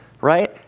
right